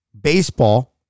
baseball